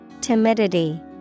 Timidity